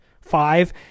five